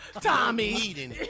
Tommy